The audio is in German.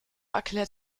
erklärt